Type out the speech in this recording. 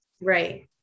Right